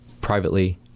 privately